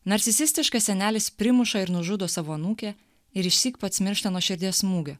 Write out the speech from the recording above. narcisistiškas senelis primuša ir nužudo savo anūkę ir išsyk pats miršta nuo širdies smūgio